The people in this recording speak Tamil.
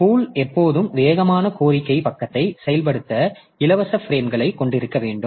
எனவே பூல் எப்போதும் வேகமான கோரிக்கை பக்கத்தை செயல்படுத்த இலவச பிரேம்களைக் கொண்டிருக்க வேண்டும்